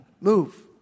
move